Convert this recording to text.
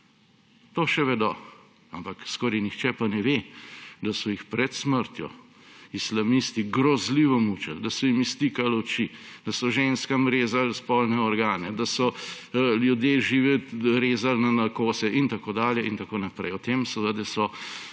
To še vedo. Ampak skoraj nihče pa ne ve, da so jih pred smrtjo islamisti grozljivo mučili, da so jim iztikali oči, da so ženskam rezali spolne organe, da so ljudi žive rezali na kose in tako dalje in tako naprej. O tem seveda so poročila,